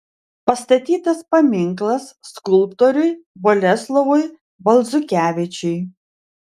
pastatytas paminklas skulptoriui boleslovui balzukevičiui